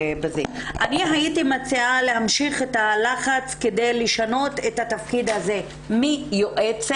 הייתי מציעה להמשיך את הלחץ כדי לשנות את התפקיד הזה מיועצת,